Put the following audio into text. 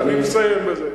הוא מקפיא.